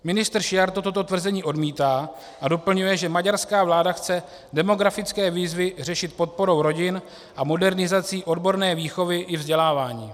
Ministr Szijjártó toto tvrzení odmítá a doplňuje, že maďarská vláda chce demografické výzvy řešit podporou rodin a modernizací odborné výchovy i vzdělávání.